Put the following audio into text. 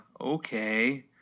okay